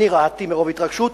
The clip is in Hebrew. אני רעדתי מרוב התרגשות.